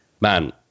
man